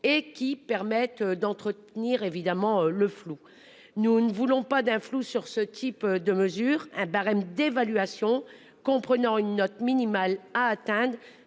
et qui permettent d'entretenir évidemment le flou. Nous ne voulons pas d'un flou sur ce type de mesure un barème d'évaluation comprenant une note minimale à atteindre